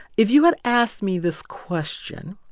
if you had asked me this question